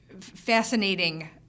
fascinating